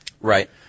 Right